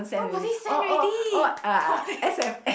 nobody send already got meh send